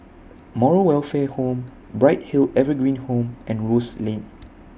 Moral Welfare Home Bright Hill Evergreen Home and Rose Lane